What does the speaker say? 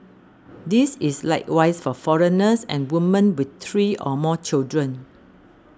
this is likewise for foreigners and women with three or more children